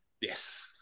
Yes